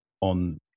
on